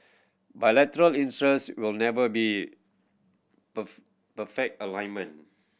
bilateral interest will never be perfect